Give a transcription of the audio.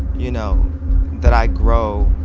you know that i grow,